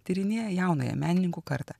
tyrinėja jaunąją menininkų kartą